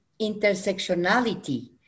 intersectionality